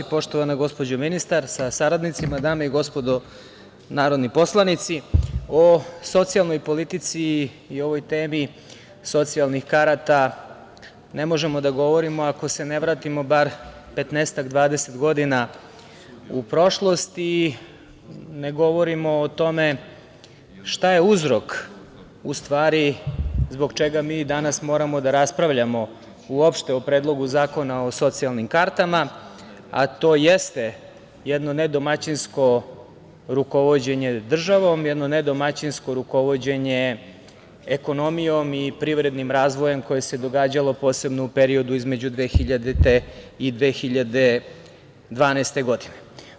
Poštovana gospođo ministar sa saradnicima, dame i gospodo narodni poslanici, o socijalnoj politici i o ovoj temi socijalnih karata ne možemo da govorimo ako se ne vratimo bar 15 -20 godina u prošlost i ne govorimo o tome šta je uzrok, u stvari, zbog čega mi danas moramo da raspravljamo uopšte o Predlogu zakona o socijalnim kartama, a to jeste jedno nedomaćinsko rukovođenje državom, jedno nedomaćinsko rukovođenje ekonomijom i privrednim razvojem koje se događalo posebno u periodu između 2000. i 2012. godine.